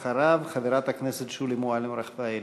אחריו, חברת הכנסת שולי מועלם-רפאלי.